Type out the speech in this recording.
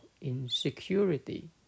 insecurity